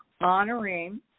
honoring